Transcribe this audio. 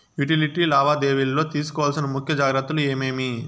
Utility లావాదేవీల లో తీసుకోవాల్సిన ముఖ్య జాగ్రత్తలు ఏమేమి?